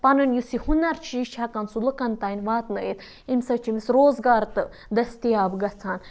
پانہٕ ؤنۍ یُس یہِ ہُنَر چھِ یہِ چھِ ہٮ۪کان سُہ لُکَن تام واتنٲیِتھ اَمہِ سۭتۍ چھُ أمِس روزگار تہٕ دٔستیاب گژھان